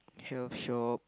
hell shop